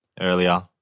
earlier